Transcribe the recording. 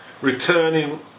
returning